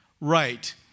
right